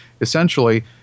essentially